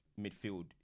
midfield